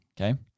Okay